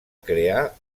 crear